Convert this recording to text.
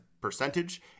percentage